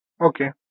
Okay